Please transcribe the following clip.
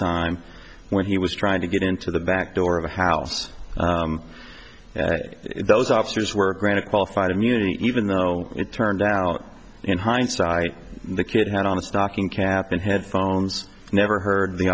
time when he was trying to get into the back door of the house those officers were granted qualified immunity even though it turned out in hindsight the kid had on a stocking cap and headphones never heard the